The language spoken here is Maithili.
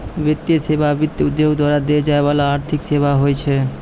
वित्तीय सेवा, वित्त उद्योग द्वारा दै जाय बाला आर्थिक सेबा होय छै